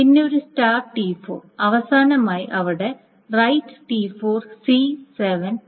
പിന്നെ ഒരു start T4 അവസാനമായി അവിടെ റൈററ് T4 C 7 2